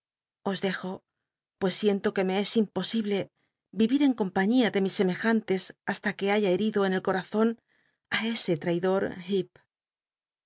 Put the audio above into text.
os dejo pues sienlo qne me es impo i ijlc i'í'íl en compañia de mis semejantes hasta que haya herido en el corazón á ese traidor